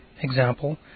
example